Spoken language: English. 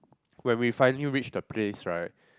when we finally reached the place right